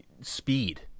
speed